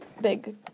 Big